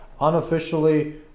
Unofficially